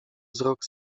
wzrok